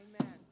Amen